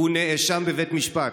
הוא נאשם בבית משפט.